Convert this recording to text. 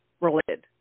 related